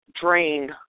drain